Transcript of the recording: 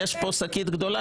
יש פה שקית גדולה,